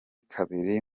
kabiri